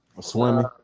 Swimming